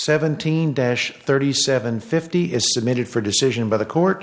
seventeen dash thirty seven fifty is submitted for decision by the court